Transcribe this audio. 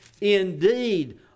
indeed